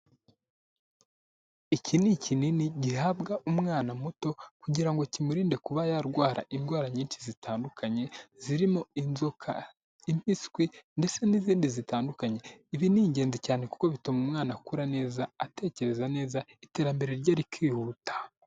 Iki ni ikinini gihabwa umwana muto kugira ngo kimurinde kuba yarwara indwara nyinshi zitandukanye, zirimo inzoka, impiswi ndetse n'izindi zitandukanye. Ibi ni ingenzi cyane kuko bituma umwana akura neza, atekereza neza, iterambere rye rikihuta.